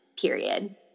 period